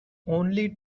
only